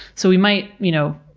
so we might, you know,